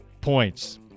points